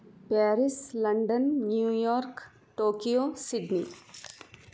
Paris London New York Tokyo Sydney